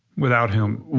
without him,